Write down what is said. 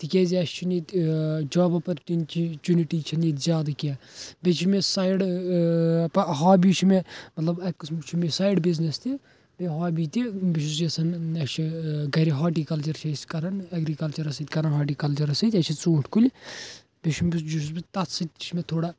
تِکیٛاز اسہِ چھُنہٕ ییٚتہِ ٲں جاب اپرچونِٹی چھِنہ ییٚتہ زیادٕ کیٚنٛہہ بیٚیہِ چھُ مےٚ سایڈ ٲں ہابی چھِ مےٚ مطلب اکہِ قٕسمُک چھُ مےٚ یہِ سایڈ بِزنیٚس تہِ بیٚیہِ ہابی تہِ بہٕ چھُس یَژھان اسہِ چھ ٲں گھرٕ ہارٹیٖکلچر چھِ أسۍ کران ایٚگرِکَلچَرَس سۭتۍ کران ہارٹیٖکلچرَس سۭتۍ اسہِ چھِ ژوٗنٛٹھۍ کُلۍ بیٚیہِ چھُس بہٕ یہِ چھُس بہٕ تتھ سۭتۍ تہِ چھِ مےٚ تھوڑا